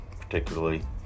particularly